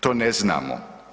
To ne znamo.